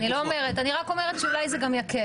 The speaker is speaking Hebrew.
אני לא אומרת, אני רק אומרת שאולי זה גם יקל.